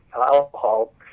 alcohol